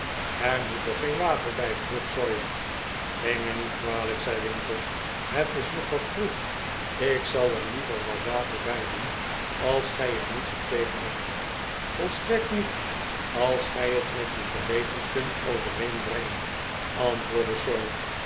er moet toch geen water bij vroeg sawyer neem mij niet kwalijk zei winkle het is nog wat vroeg ik zal er lieyer wat water bij doen als gij er niets op tegen hebt volstrekt niet als gij het met uw geweten kunt overeenbrengen antwoordde